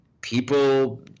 people